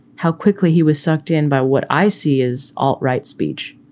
how quickly he was sucked in by what i see is. all right. speech.